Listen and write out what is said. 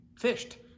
fished